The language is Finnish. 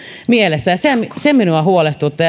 mielessä ja se minua huolestuttaa